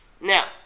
Now